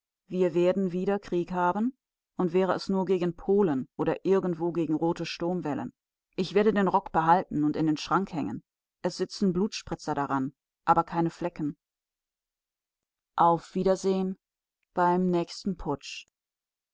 wir werden wieder krieg haben und wäre es nur gegen polen oder irgendwo gegen rote sturmwellen ich werde den rock behalten und in den schrank hängen es sitzen blutspritzer daran aber keine flecken auf wiedersehen beim nächsten putsch